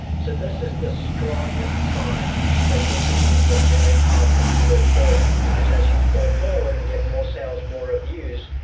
so, this is the strongest sign that this is going to be a very powerful keyword for you because as you go forward and get more sales, more reviews,